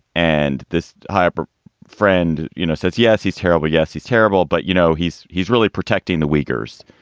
and this hyper friend, you know, says, yes, he's terrible, yes, he's terrible. but, you know, he's he's really protecting the workers.